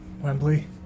Wembley